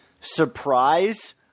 surprise